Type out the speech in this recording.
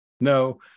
No